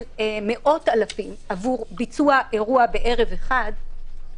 מאות אלפי שקלים עבור ביצוע אירוע בערב אחד,